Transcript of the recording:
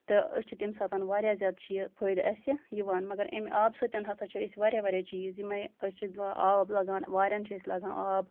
تہٕ أسۍ چھِ تَمہِ ساتَن واریاہ زیادٕ چھُ یہِ فٲیدٕ اَسہِ یِوان مَگر اَمہِ آبہٕ سۭتۍ ہسا چھِ أسۍ واریاہ وریاہ چیٖز یِمَے أسۍ چھِ تِمن آب لَگان واریاہَن چھِ أسۍ لَگان آب